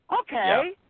okay